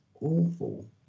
awful